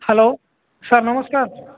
hello sir ନମସ୍କାର